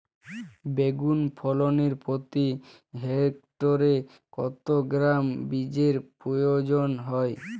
বেগুন ফলনে প্রতি হেক্টরে কত গ্রাম বীজের প্রয়োজন হয়?